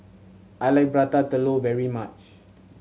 I like Prata Telur very much